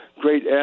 great